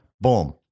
Boom